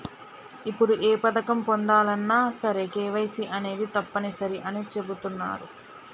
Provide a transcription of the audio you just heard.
ఇప్పుడు ఏ పథకం పొందాలన్నా సరే కేవైసీ అనేది తప్పనిసరి అని చెబుతున్నరు